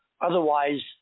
otherwise